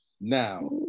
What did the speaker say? Now